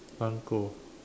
狼狗